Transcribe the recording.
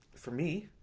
for me,